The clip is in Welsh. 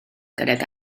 gydag